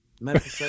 medical